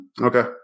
okay